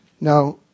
Now